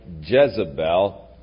Jezebel